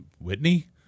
Whitney